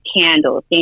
candles